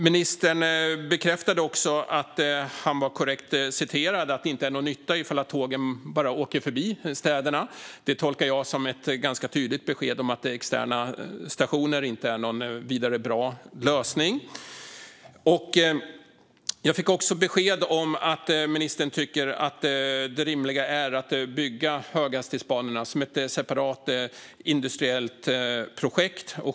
Ministern bekräftade också att han var korrekt citerad och att det inte är någon nytta om tågen bara åker förbi städerna. Det tolkar jag som ett ganska tydligt besked om att externa stationer inte är någon vidare bra lösning. Jag fick också besked om att ministern tycker att det rimliga är att bygga höghastighetsbanorna som ett separat industriellt projekt.